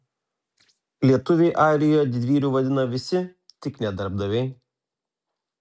lietuvį airijoje didvyriu vadina visi tik ne darbdaviai